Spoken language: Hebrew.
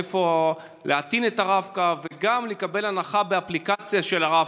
איפה להטעין את הרב-קו וגם לקבל הנחה באפליקציה של הרב-קו,